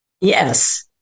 Yes